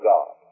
God